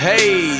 Hey